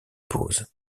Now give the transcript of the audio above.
pause